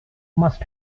must